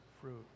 fruit